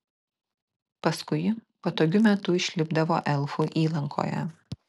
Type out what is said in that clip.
paskui patogiu metu išlipdavo elfų įlankoje